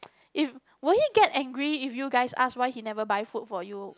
if will he get angry if you guys ask why he never buy food for you